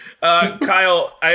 Kyle